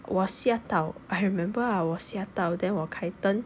我吓到 I remember I 我吓到 then 我开灯